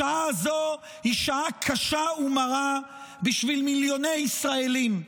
השעה הזו היא שעה קשה ומרה בשביל מיליוני ישראלים,